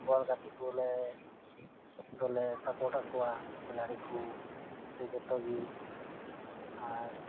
ᱵᱚᱞ ᱜᱟᱛᱮᱜ ᱠᱚᱞᱮ ᱫᱚᱞᱮ ᱥᱟᱯᱳᱨᱴ ᱟᱠᱚᱣᱟ ᱠᱷᱤᱞᱟᱲᱤ ᱠᱚ ᱥᱮ ᱡᱚᱛᱚᱜᱮ ᱟᱨ